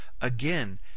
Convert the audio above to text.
again